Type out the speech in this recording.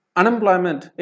unemployment